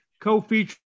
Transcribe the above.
co-feature